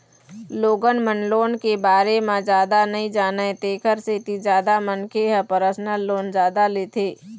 लोगन मन लोन के बारे म जादा नइ जानय तेखर सेती जादा मनखे ह परसनल लोन जादा लेथे